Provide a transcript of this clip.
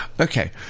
Okay